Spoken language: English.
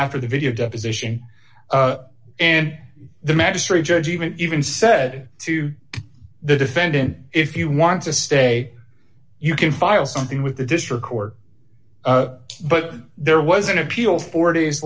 after the video deposition and the magistrate judge even even said to the defendant if you want to stay you can file something with the district court but there was an appeal four days